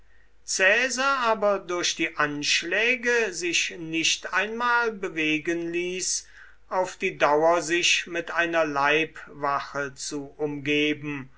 aber durch die anschläge sich nicht einmal bewegen ließ auf die dauer sich mit einer leibwache zu umgeben